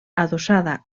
adossada